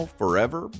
forever